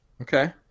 Okay